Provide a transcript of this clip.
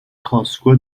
کاسکو